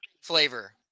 flavor